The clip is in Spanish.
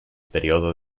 periodo